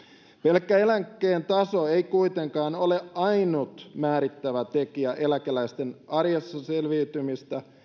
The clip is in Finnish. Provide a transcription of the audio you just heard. pelkkä eläkkeen taso ei kuitenkaan ole ainut määrittävä tekijä eläkeläisten arjessa selviytymistä